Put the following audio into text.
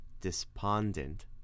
despondent